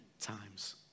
times